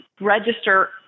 register